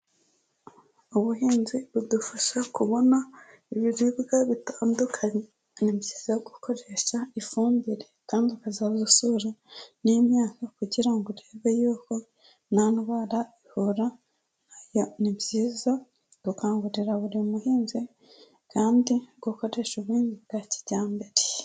Ubuhinzi budufasha kubona ibiribwa bitandukanye, ni byiza gukoresha ifumbire kandi ukazajya usura n'imyaka kugira ngo urebe yuko nta ndwara ihura nazo, ni byiza gukangurira buri muhinzi kandi ugakoresha ubuhinzi bwa kijyambere.